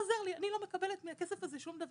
אני לא מקבלת מהכסף הזה שום דבר.